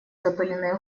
запыленные